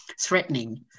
threatening